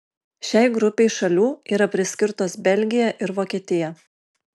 šiai grupei šalių yra priskirtos belgija ir vokietija